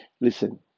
Listen